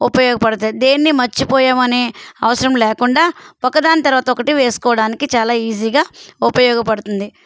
ఉపయోగపడుతుంది దేనిని మర్చిపోయామనే అవసరం లేకుండా ఒక దాని తర్వాత ఒకటి వేసుకోవడానికి చాలా ఈజీగా ఉపయోగపడుతుంది